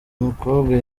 umukobwa